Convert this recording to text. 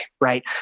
right